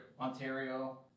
Ontario